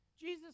Jesus